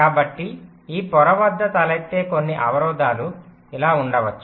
కాబట్టి ఈ పొర వద్ద తలెత్తే కొన్ని అవరోధాలు ఇలా ఉండవచ్చు